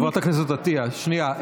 חברת הכנסת עטייה, שנייה.